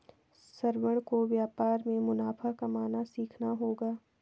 श्रवण को व्यापार में मुनाफा कमाना सीखना होगा